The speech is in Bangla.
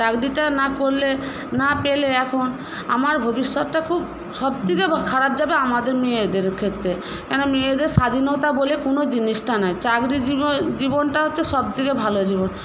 চাকরিটা না করলে না পেলে এখন আমার ভবিষ্যৎটা খুব সব থেকে খারাপ যাবে আমাদের মেয়েদের ক্ষেত্রে কেন মেয়েদের স্বাধীনতা বলে কোনো জিনিসটা নেই চাকরি জীবনটা হচ্ছে সবথেকে ভালো জীবন